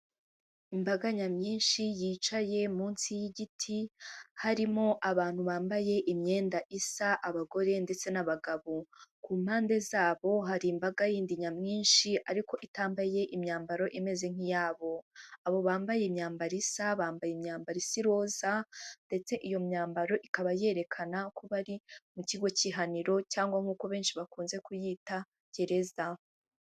Imbaga nya mwinshi yicaye munsi y'igiti harimo abantu bambaye imyenda isa abagore ndetse n'abagabo ku mpande zabo hari imbaga yindi nyamwinshi ariko itambaye imyambaro imeze nk'iyabo abo bambaye imyambaro isa bambaye imyambaro isa iroza ndetse iyo myambaro ikaba yerekana ko bari mu kigo cy'ihaniro cyangwa nkuko benshi bakunze kuyita gereza.